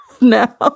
now